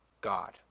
God